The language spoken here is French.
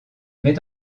met